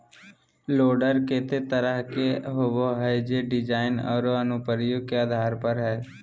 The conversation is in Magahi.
लोडर केते तरह के होबो हइ, जे डिज़ाइन औरो अनुप्रयोग के आधार पर हइ